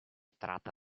tratta